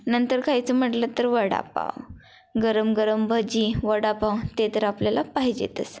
नंतर खायचं म्हटलं तर वडापाव गरम गरम भजी वडापाव ते तर आपल्याला पाहिजेतच